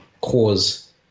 cause